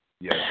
Yes